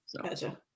Gotcha